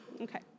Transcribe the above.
okay